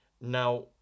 Now